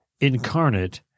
incarnate